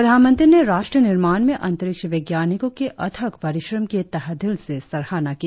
प्रधानमंत्री ने राष्ट्र निर्माण में अंतरिक्ष वैज्ञानिको के अथक परिश्रम की तहे दिल से सराहना की